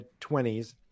20s